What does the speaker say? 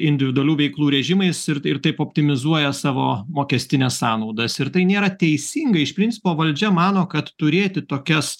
individualių veiklų režimais ir ir taip optimizuoja savo mokestines sąnaudas ir tai nėra teisinga iš principo valdžia mano kad turėti tokias